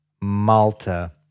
Malta